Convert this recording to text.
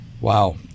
wow